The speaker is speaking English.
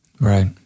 Right